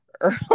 early